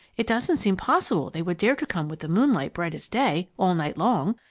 it doesn't seem possible they would dare to come with the moonlight bright as day, all night long.